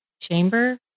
chamber